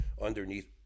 underneath